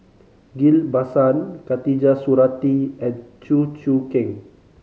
Ghillie Basan Khatijah Surattee and Chew Choo Keng